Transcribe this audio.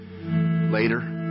later